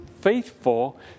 faithful